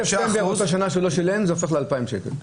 מספטמבר של אותה שנה שהוא לא שילם זה הופך ל-2,000 שקל.